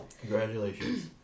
Congratulations